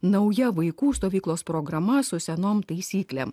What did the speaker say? nauja vaikų stovyklos programa su senom taisyklėm